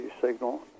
signal